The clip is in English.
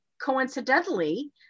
coincidentally